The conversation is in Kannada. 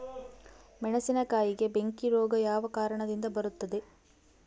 ಮೆಣಸಿನಕಾಯಿಗೆ ಬೆಂಕಿ ರೋಗ ಯಾವ ಕಾರಣದಿಂದ ಬರುತ್ತದೆ?